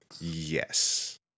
Yes